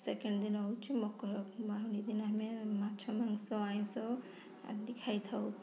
second ଦିନ ହେଉଛି ମକର ବାଉଁଡ଼ି ଦିନ ଆମେ ମାଛ ମାଂସ ଆଇଁଷ ଆଦି ଖାଇଥାଉ